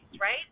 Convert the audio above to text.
right